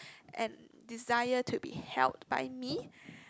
and desire to be held by me